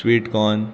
sweet corn